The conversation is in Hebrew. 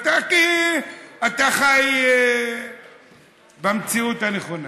אתה חי במציאות הנכונה.